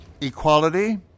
Equality